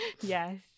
yes